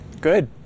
Good